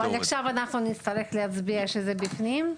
אבל עכשיו אנחנו נצטרך להצביע כשזה בפנים?